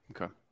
Okay